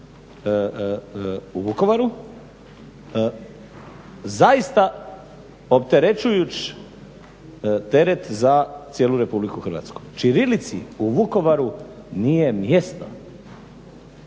u Vukovaru, zaista opterečujuć teret za cijelu RH. Ćirilici u Vukovaru nije mjesto